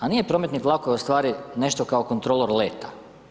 A nije prometnik vlakova ustvari nešto kao kontrolor leta.